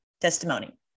testimony